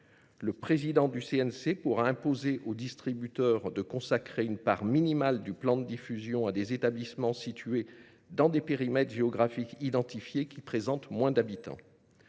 Le président du CNC pourra imposer aux distributeurs de consacrer une part minimale du plan de diffusion à des établissements situés dans des périmètres géographiques identifiés qui présentent moins d’habitants.